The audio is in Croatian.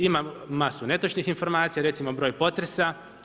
Ima masu netočnih informacija, recimo broj potresa.